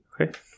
Okay